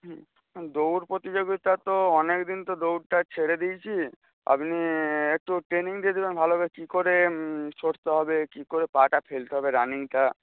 দৌড় প্রতিযোগিতা তো অনেক দিন তো দৌড়টা ছেড়ে দিয়েছি আপনি একটু ট্রেনিং দিয়ে দেবেন ভালো ভাবে কি করে ছুটতে হবে কি করে পা টা ফেলতে হবে রানিংটা